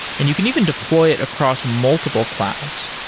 and you can even deploy it across multiple clouds.